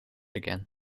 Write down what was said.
again